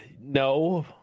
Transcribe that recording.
no